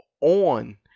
on